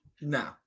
No